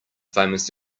famous